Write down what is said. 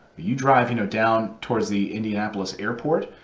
you drive, you know, down towards the indianapolis airport,